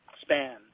span